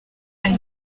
ari